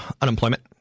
unemployment